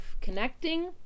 connecting